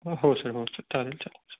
हो सर हो सर चालेल चालेल चाल